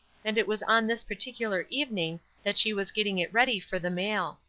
and it was on this particular evening that she was getting it ready for the mail.